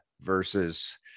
versus